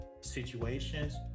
situations